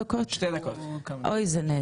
טוב, אני מברכת